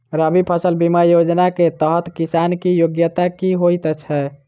रबी फसल बीमा योजना केँ तहत किसान की योग्यता की होइ छै?